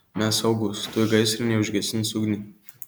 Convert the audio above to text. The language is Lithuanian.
mes saugūs tuoj gaisrinė užgesins ugnį